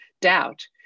doubt